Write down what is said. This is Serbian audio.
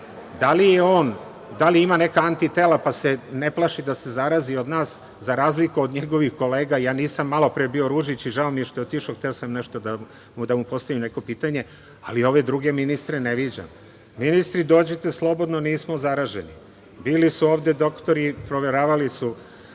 Da li on ima neka antitela pa se ne plaši da se zarazi od nas za razliku od njegovih kolega? Ja nisam malopre bio, Ružić, i žao mi je što je otišao, hteo sam da mu postavim neko pitanje, ali ove druge ministre ne viđam. Ministri dođite slobodno nismo zaraženi. Bili su ovde doktori i proveravali su,